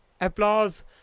applause